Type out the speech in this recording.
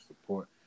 support